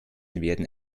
werden